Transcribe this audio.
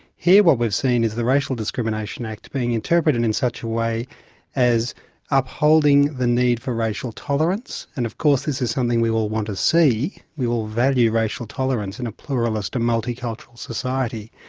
here what we've seen is the racial discrimination act being interpreted in such a way as upholding the need for racial tolerance, and of course this is something we all want to see, we all value racial tolerance in a pluralist and multicultural society.